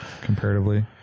comparatively